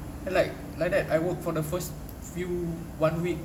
like like that I work for the first few one week